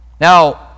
Now